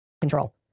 control